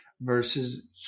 versus